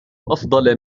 أفضل